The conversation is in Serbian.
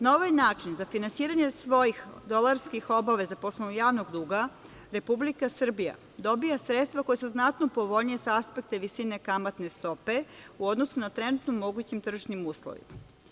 Na ovaj način za finansiranje svojih dolarskih obaveza po osnovu javnog duga Republika Srbija dobija sredstva koja su znatno povoljnija sa aspekta visine kamatne stope u odnosu na trenutno mogućim tržišnim uslovima.